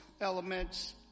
elements